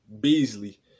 Beasley